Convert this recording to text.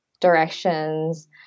directions